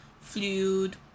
fluid